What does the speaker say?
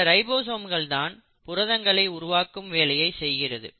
இந்த ரைபோசோம்கள் தான் புரதங்களை உருவாக்கும் வேலையை செய்கிறது